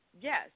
yes